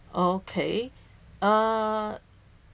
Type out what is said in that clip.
okay uh